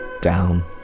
down